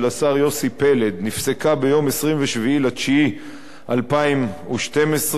השר יוסי פלד נפסקה ביום 27 בספטמבר 2012,